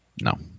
No